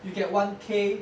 you get one K